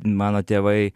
mano tėvai